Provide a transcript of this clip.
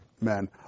men